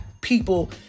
people